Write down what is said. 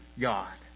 God